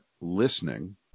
listening